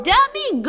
Dummy